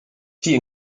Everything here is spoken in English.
tea